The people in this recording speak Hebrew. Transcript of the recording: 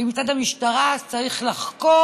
מצד המשטרה, אז צריך לחקור.